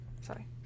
Sorry